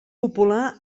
popular